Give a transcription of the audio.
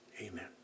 Amen